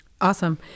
Awesome